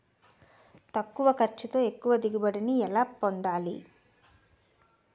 తక్కువ ఖర్చుతో ఎక్కువ దిగుబడి ని ఎలా పొందాలీ?